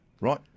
Right